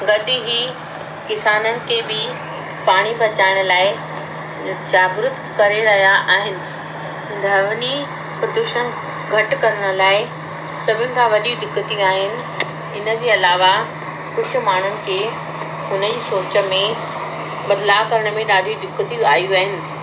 गॾु ई किसाननि खे बि पाणी बचाइण लाइ जागरुक करे रहिया आहिनि ध्वनि प्रदूषण घटि करण लाइ सभिनि खां वॾियूं दिक़तियूं आहियूं इन जे अलावा कुझु माण्हुनि खे उन जी सोच में बदलाव करण में ॾढियूं दिक़तियूं आयू आहिनि